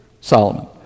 Solomon